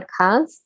Podcast